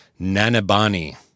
Nanabani